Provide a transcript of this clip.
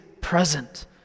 present